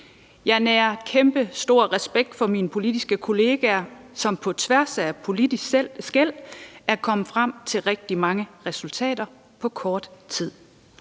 Jeg nærer kæmpestor respekt for mine politiske kollegaer, som på tværs af politiske skel er kommet frem til rigtig mange resultater på kort tid.